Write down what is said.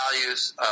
values